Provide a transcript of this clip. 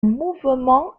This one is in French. mouvement